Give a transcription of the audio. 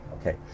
okay